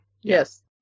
Yes